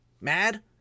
mad